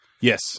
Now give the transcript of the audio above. Yes